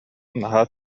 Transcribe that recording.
наһаа